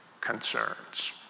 concerns